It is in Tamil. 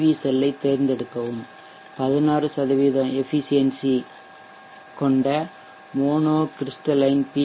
வி செல்லைத் தேர்ந்தெடுக்கவும் 16 எஃபிசியென்சி செயல்திறன் கொண்ட மோனோ க்ரிஷ்டலைன் பி